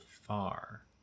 far